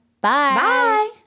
Bye